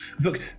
look